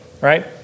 Right